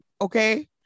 Okay